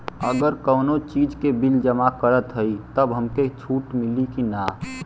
अगर कउनो चीज़ के बिल जमा करत हई तब हमके छूट मिली कि ना?